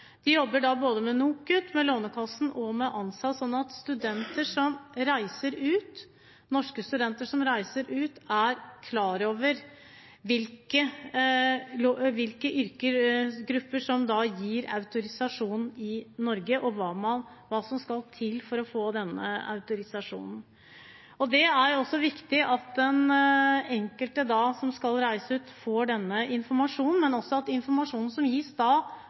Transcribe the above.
De jobber både med NOKUT, med Lånekassen og med ANSA, sånn at norske studenter som reiser ut, er klar over hvilke yrkesgrupper det gis autorisasjon for i Norge, og hva som skal til for å få denne autorisasjonen. Det er viktig at den enkelte som skal reise ut, får denne informasjonen, men også at informasjonen som gis